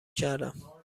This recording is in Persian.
کردم